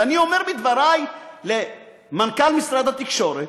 ואני אומר למנכ"ל משרד התקשורת: